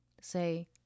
Say